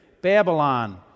Babylon